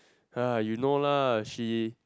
ah you know lah she